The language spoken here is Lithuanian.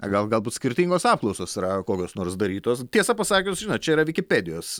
gal galbūt skirtingos apklausos yra kokios nors darytos tiesą pasakius žinot čia yra vikipedijos